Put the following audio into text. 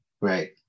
right